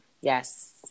Yes